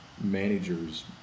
manager's